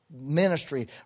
ministry